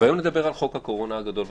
והיום נדבר על חוק הקורונה הגדול,